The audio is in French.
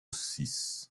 six